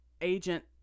agent